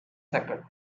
seconds